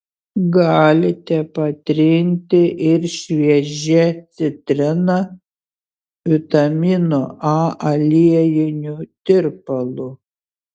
galite patrinti ir šviežia citrina vitamino a aliejiniu tirpalu